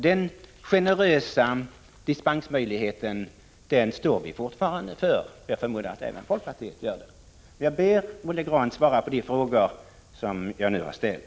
Denna generösa dispensmöjlighet står vi fortfarande fast vid. Jag förmodar att även centerpartiet gör det. Jag ber Olle Grahn svara på de frågor som jag nu har ställt.